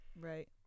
Right